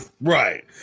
Right